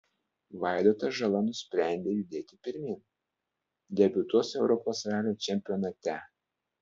vaidotas žala nusprendė judėti pirmyn debiutuos europos ralio čempionate